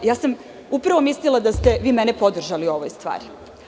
Ja sam upravo mislila da ste vi mene podržali u ovoj stvari.